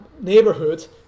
neighborhoods